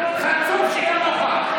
חצוף שכמוך.